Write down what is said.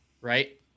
right